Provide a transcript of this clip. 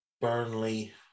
Burnley